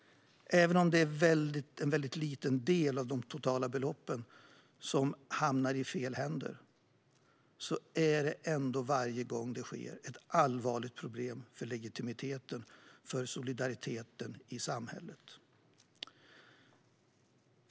Även om det är en väldigt liten del av det totala beloppet som hamnar i fel händer är det varje gång det sker ett allvarligt problem för legitimiteten och för solidariteten i samhället.